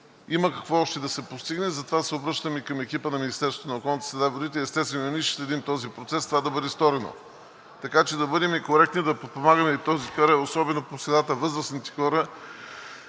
има какво още да се постигне. Затова се обръщам и към екипа на Министерството на околната среда и водите. Естествено, ние ще следим този процес това да бъде сторено, така че да бъдем коректни, да подпомагаме особено възрастните хора